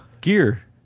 gear